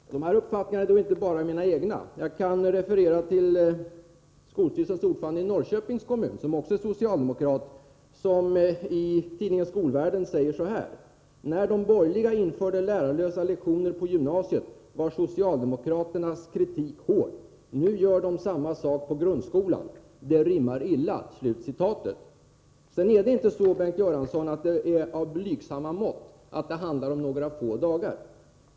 28 maj Herr falmant De här Uppfattningarna är inte Da mina egna. Jag kan Om kulturtidskrifreferera till skolstyrelsens ordförande i Norrköping, vilken också är socialdes är ; Z . ternas ekonomiska mokrat. I tidningen Skolvärlden säger han så här: EA situation ”När de borgerliga införde lärarlösa lektioner på gymnasiet var socialdemokraternas kritik hård. Nu gör de samma sak på grundskolan. Det rimmar illa ——--.” Det är, Bengt Göransson, inte fråga om blygsamma mått. Det handlar inte om några få dagar.